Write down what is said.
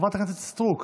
חברת הכנסת סטרוק,